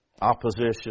opposition